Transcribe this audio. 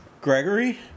Gregory